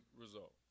results